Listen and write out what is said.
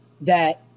that-